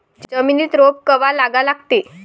जमिनीत रोप कवा लागा लागते?